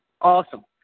Awesome